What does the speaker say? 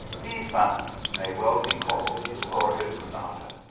these mountains may well be called the glory of granada.